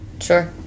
Sure